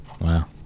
Wow